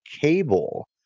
cable